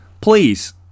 please